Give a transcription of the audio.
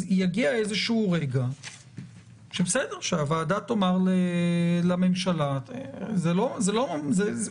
אז יגיע איזשהו רגע שהוועדה תאמר לממשלה